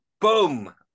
boom